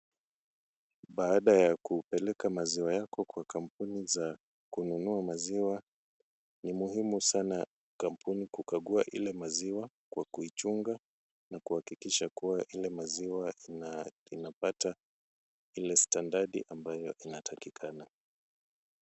Baada ya kupeleka maziwa yako kwa kampuni za kununua maziwa, ni muhimu sana kampuni kukagua ile maziwa kwa kuichunga na kuhakikisha kuwa ile maziwa inapata ile standard ambayo inatakikana.